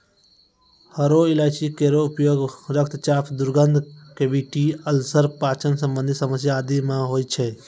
हरो इलायची केरो उपयोग रक्तचाप, दुर्गंध, कैविटी अल्सर, पाचन संबंधी समस्या आदि म होय छै